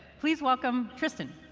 please welcome tristan.